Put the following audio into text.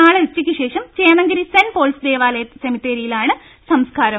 നാളെ ഉച്ചയ്ക്കുശേഷം Chennankari Saint Paul's ദേവാലയ സെമിത്തേരിയിലാണ് സംസ്കാരം